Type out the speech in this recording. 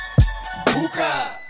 Buka